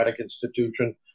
institution